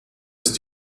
ist